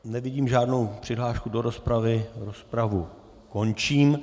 Nevidím žádnou přihlášku do rozpravy, rozpravu končím.